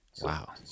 wow